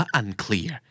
unclear